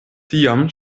tiam